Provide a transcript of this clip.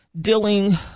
dealing